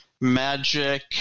magic